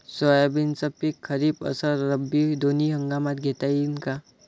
सोयाबीनचं पिक खरीप अस रब्बी दोनी हंगामात घेता येईन का?